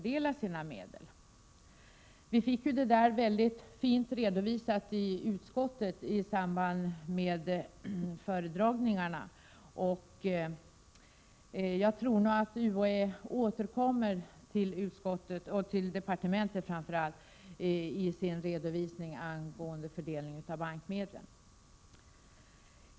Detta redovisades mycket fint i utskottet i samband med föredragningarna, och jag tror nog att UHÄ återkommer till utskottet och framför allt till departementet med sin redovisning angående fördelningen av bankmedlen.